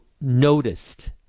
noticed